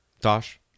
Tosh